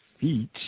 feet